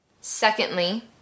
Secondly